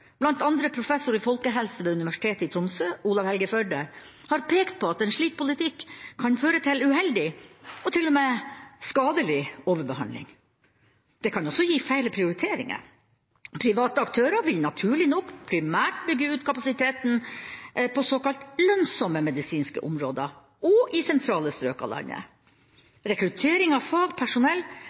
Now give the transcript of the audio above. blant andre professor i folkehelse ved Universitetet i Tromsø, Olav Helge Førde, har pekt på at en slik politikk kan føre til uheldig – og til og med skadelig – overbehandling. Det kan også gi feil prioriteringer. Private aktører vil naturlig nok primært bygge ut kapasiteten på såkalt lønnsomme medisinske områder – og i sentrale strøk av landet. Rekruttering av fagpersonell